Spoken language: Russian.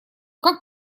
как